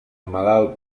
malalt